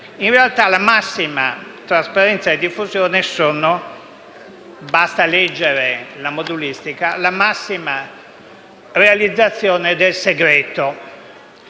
In realtà, la «massima trasparenza e diffusione» sono - basta leggere la modulistica - la massima realizzazione del segreto.